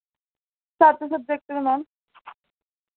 सत्त सब्जैक्ट न मैम